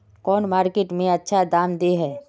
कौन मार्केट में अच्छा दाम दे है?